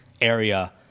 area